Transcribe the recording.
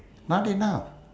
not enough